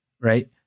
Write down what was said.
right